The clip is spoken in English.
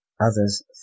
others